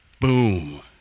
Boom